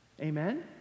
Amen